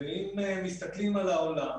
ואם מסתכלים על העולם